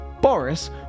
Boris